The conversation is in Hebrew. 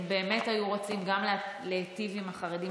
אם באמת היו רוצים גם להיטיב עם החרדים,